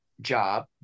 job